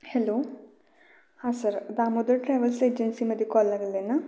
hello हां sir Damodar travels एजन्सीमध्ये call लागला आहे ना